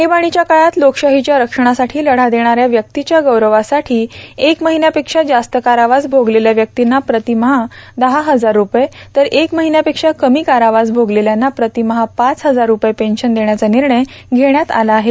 आणबाणीच्या काळात लोकशाहीच्या रक्षणासाठी लढा देणाऱ्या व्यक्तीच्या गौरवासाठी एक महिन्यापेक्षा जास्त कारावास भोगलेल्या व्यक्तींना प्रतिमहा दहा हजार रूपये तर एक महिन्यापेक्षा कमी कारावास भोगलेल्यांना प्रतिमहा पाच हजार रूपये पेव्शन देण्याचा निर्णय घेण्यात आला आहे